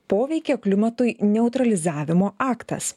poveikio klimatui neutralizavimo aktas